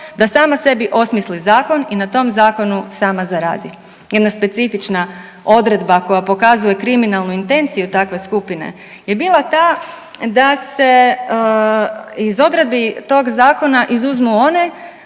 da sama sebi osmisli zakon i na tom zakonu sama zaradi. Jedna specifična odredba koja pokazuje kriminalnu intenciju takve skupine je bila ta da se iz odredbi tog zakona izuzmu one